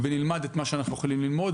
ונלמד את מה שאנחנו יכולים ללמוד,